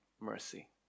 mercy